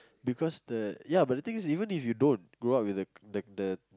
because the ya but the thing is even if you don't grow up with the the